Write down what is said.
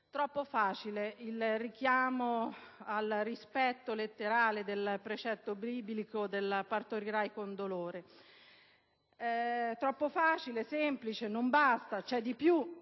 Troppo facile il richiamo al rispetto letterale del precetto biblico «partorirai con dolore»: troppo facile e semplice. Non basta, e c'è di più.